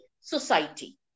society